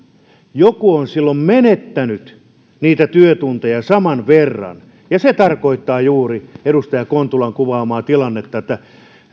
joku on silloin menettänyt niitä työtunteja saman verran ja se tarkoittaa juuri edustaja kontulan kuvaamaa tilannetta että